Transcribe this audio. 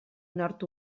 nord